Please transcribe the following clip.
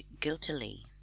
guiltily